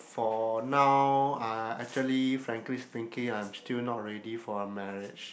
for now ah actually frankly speaking I'm still not ready for a marriage